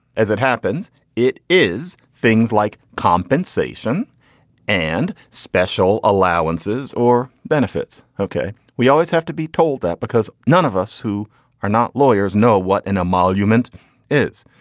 as it happens it is things like compensation and special allowances or benefits. ok. we always have to be told that because none of us who are not lawyers know what an emoluments is.